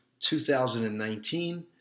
2019